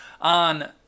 on